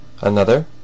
Another